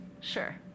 Sure